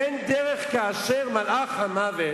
אין דרך, כאשר אותם ארגוני טרור, כאשר מלאך המוות,